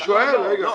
אני שואל, רגע.